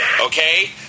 Okay